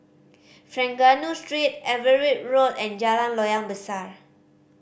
Trengganu Street Everitt Road and Jalan Loyang Besar